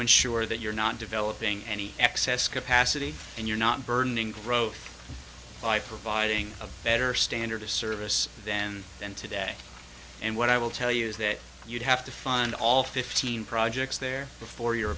ensure that you're not developing any excess capacity and you're not burning growth by providing a better standard of service then and today and what i will tell you is that you'd have to find all fifteen projects there before you're